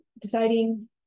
deciding